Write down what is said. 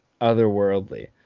otherworldly